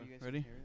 Ready